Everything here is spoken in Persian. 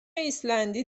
ایسلندی